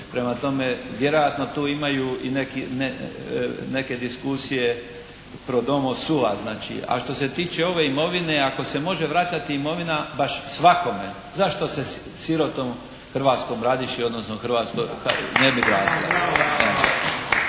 Prema tome, vjerojatno tu imaju i neke diskusije pro domo sua znači. A što se tiče ove imovine ako se može vraćati imovina baš svakome zašto se sirotom hrvatskom radiši odnosno Hrvatskoj ne bi vratila.